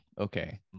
Okay